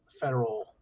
federal